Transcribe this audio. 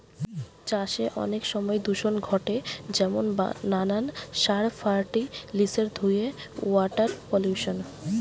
চাষে অনেক সময় দূষণ ঘটে যেমন নানান সার, ফার্টিলিসের ধুয়ে ওয়াটার পলিউশন